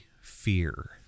fear